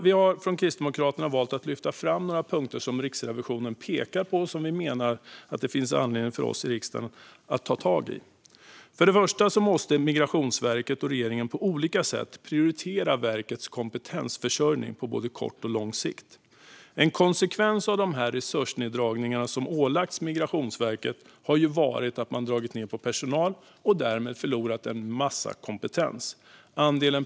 Vi har från Kristdemokraterna lyft fram några punkter som Riksrevisionen pekar på och som vi menar att det finns anledning för oss i riksdagen att ta tag i. För det första måste Migrationsverket och regeringen på olika sätt prioritera verkets kompetensförsörjning på både kort och lång sikt. En konsekvens av de resursneddragningar som ålagts Migrationsverket har varit att man har dragit ned på personal och därmed förlorat en massa kompetens.